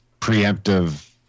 preemptive